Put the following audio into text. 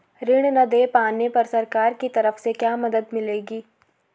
ऋण न दें पाने पर सरकार की तरफ से क्या मदद मिलेगी?